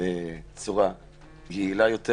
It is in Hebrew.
בצורה יעילה יותר